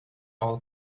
all